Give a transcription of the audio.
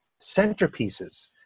centerpieces